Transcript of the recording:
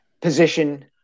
position